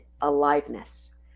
aliveness